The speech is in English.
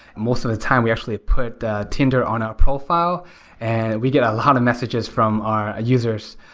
most of the time we actually put tinder on a profile and we get a lot of messages from our users,